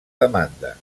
demanda